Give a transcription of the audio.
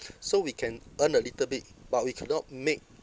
so we can earn a little bit but we cannot make